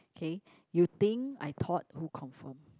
okay you think I thought who confirm